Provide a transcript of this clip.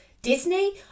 Disney